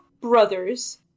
brothers